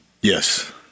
Yes